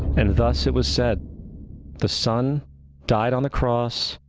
and thus it was said the sun died on the cross,